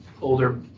older